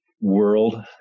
world